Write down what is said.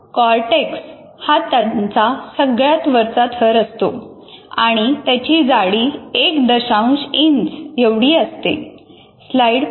cortex हा त्याचा सगळ्यात वरचा थर असतो आणि त्याची जाडी एक दशांश इंच एवढी असते